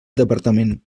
departament